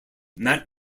matt